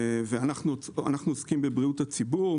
אנחנו עוסקים בבריאות הציבור,